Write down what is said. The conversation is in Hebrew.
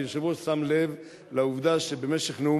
ואני יודע שהיושב-ראש שם לב לעובדה שבנאומים